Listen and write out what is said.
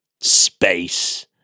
space